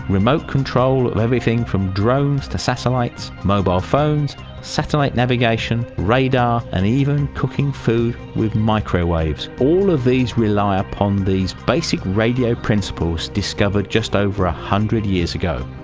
remote control of everything from drones to satellites, mobile phones satellite navigation, radar and even cooking food with microwaves all of these rely upon these basic radio principles discovered just over a one hundred years ago.